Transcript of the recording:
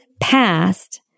past